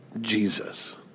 Jesus